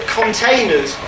containers